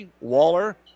Waller